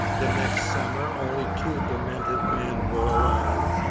the next summer only two demented men were alive.